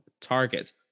target